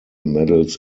medals